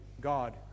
God